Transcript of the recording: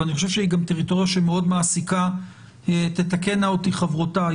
ואני חושב שהיא גם טריטוריה שמאוד מעסיקה תתקנה אותי חברותיי